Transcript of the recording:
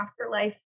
afterlife